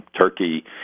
Turkey